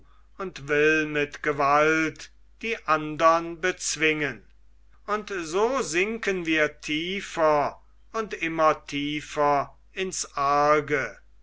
und will mit gewalt die andern bezwingen und so sinken wir tiefer und immer tiefer ins arge